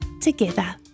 together